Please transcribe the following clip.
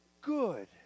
good